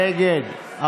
נגד,